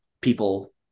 people